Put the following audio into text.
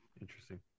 interesting